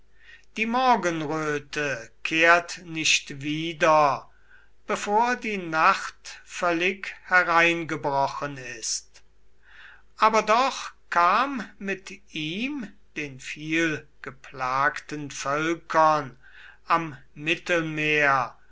die morgenröte kehrt nicht wieder bevor die nacht völlig hereingebrochen ist aber doch kam mit ihm den vielgeplagten völkern am mittelmeer